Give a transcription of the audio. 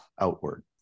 outward